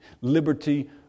Liberty